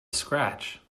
scratch